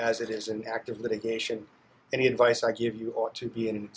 as it is an act of litigation any advice i give you ought to be in